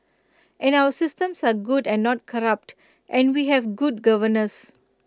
and our systems are good and not corrupt and we have good governance